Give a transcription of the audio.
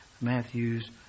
Matthew's